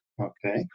Okay